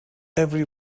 every